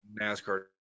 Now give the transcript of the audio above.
NASCAR